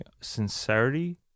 sincerity